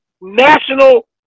national